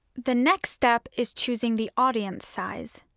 the next step is choosing the audience size.